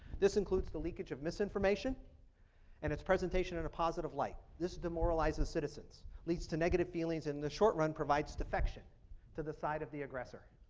this includes the leakage of misinformation and its presentation in a positive light. this demoralizes citizens, leads to negative feelings in the short run provides defection to the side of the aggressor.